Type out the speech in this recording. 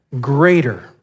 greater